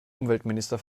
umweltminister